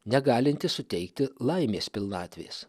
negalinti suteikti laimės pilnatvės